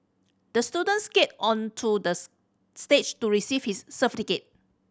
the student skated onto the stage to receive his